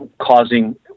causing